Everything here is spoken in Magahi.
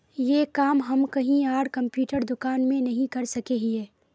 ये काम हम कहीं आर कंप्यूटर दुकान में नहीं कर सके हीये?